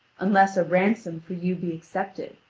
unless a ransom for you be accepted.